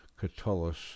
Catullus